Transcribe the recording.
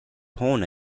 hoone